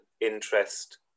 interest